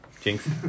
Jinx